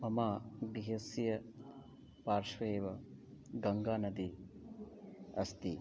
मम गृहस्य पार्श्वे एव गङ्गानदी अस्ति